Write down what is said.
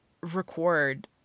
record